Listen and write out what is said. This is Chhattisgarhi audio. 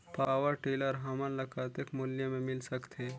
पावरटीलर हमन ल कतेक मूल्य मे मिल सकथे?